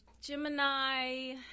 Gemini